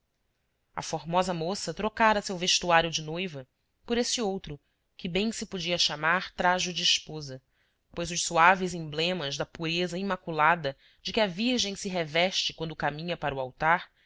a formosa moça trocara seu vestuário de noiva por esse outro que bem se podia chamar trajo de esposa pois os suaves emblemas da pureza imaculada de que a virgem se reveste quando caminha para o altar